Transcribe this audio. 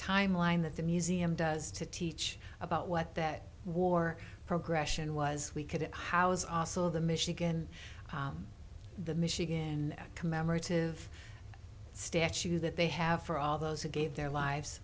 timeline that the museum does to teach about what that war progression was we couldn't house also the michigan the michigan commemorative statue that they have for all those who gave their